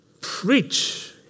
preach